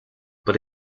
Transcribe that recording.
but